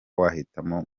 wahitamo